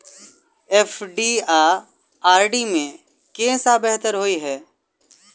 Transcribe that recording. FD आ RD मे केँ सा बेहतर होइ है?